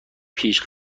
پیش